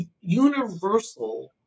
universal